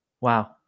Wow